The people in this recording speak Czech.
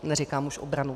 Neříkám už obranu.